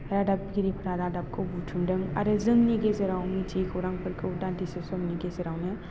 रादाबगिरिफोरा रादाबखौ बुथुमदों आरो जोंनि गेजेराव मिथियि खौरांफोरखौ दान्दिसे समनि गेजेरावनो